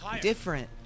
different